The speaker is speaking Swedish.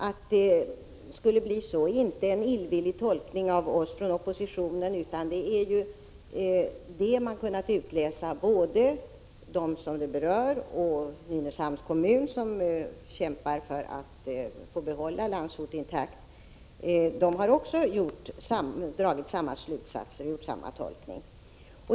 Att det skulle bli så är inte en illvillig tolkning av oss från oppositionen, utan det har både de berörda och Nynäshamns kommun, som kämpar för att få behålla Landsort intakt, kunnat utläsa. De har gjort samma tolkning.